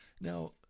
Now